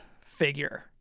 figure